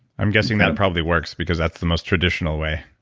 i'm guessing that it probably works because that's the most traditional way.